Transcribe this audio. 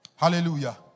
Hallelujah